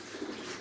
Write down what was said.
mm